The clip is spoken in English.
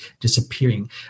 disappearing